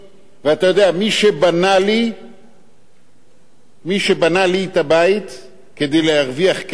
ואתה יודע, מי שבנה לי את הבית כדי להרוויח כסף